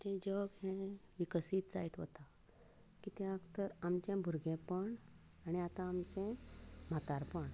आमचें जग हें विकसीत जायत वता कित्याक तर आमचें भुरगेपण आनी आतां आमचें म्हातारपण